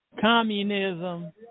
Communism